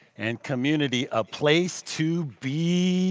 and community a place to be